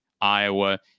Iowa